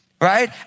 Right